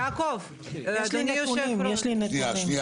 יעקב, יש נושא